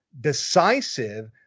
decisive